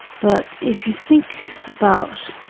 but if you think about,